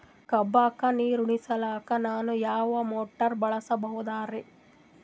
ಕಬ್ಬುಗ ನೀರುಣಿಸಲಕ ನಾನು ಯಾವ ಮೋಟಾರ್ ಬಳಸಬಹುದರಿ?